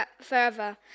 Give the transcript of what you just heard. forever